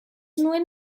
nuen